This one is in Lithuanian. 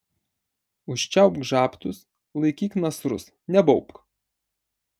užčiaupk žabtus laikyk nasrus nebaubk